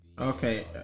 Okay